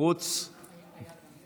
אני אתקן